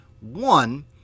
one